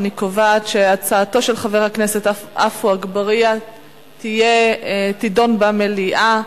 אני קובעת שהצעתו של חבר הכנסת עפו אגבאריה תידון במליאה.